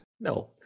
no